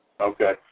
Okay